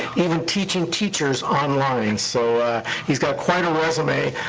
even teaching teachers online, so he's got quite a resume.